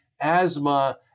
Asthma